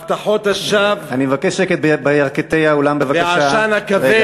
הבטחות השווא והעשן הכבד,